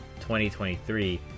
2023